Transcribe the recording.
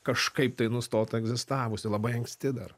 kažkaip tai nustotų egzistavusi labai anksti dar